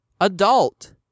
adult